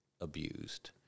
abused